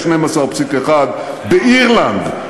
12.1%; באירלנד,